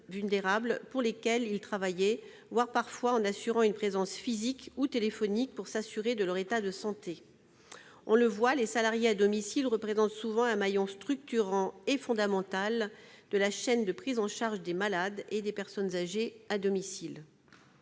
pour lesquelles ils travaillent, maintenant même parfois une présence physique ou téléphonique pour s'assurer de l'état de santé de celles-ci. On le voit, les salariés à domicile représentent souvent un maillon structurant et fondamental de la chaîne de prise en charge des malades et des personnes âgées à domicile.